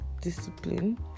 discipline